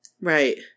Right